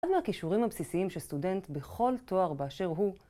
אחד מהכישורים הבסיסיים של סטודנט בכל תואר באשר הוא